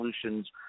solutions